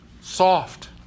soft